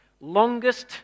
longest